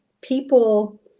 People